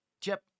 chip